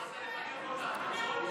רואים שאתה שר החינוך, בא לחנך אותנו.